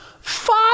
Five